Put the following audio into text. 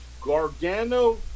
Gargano